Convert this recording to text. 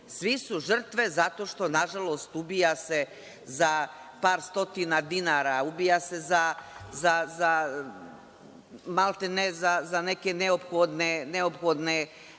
svi su žrtve zato što nažalost ubija se za par stotina dinara, ubija se za maltene neke neophodne